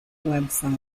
website